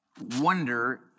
wonder